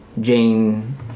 Jane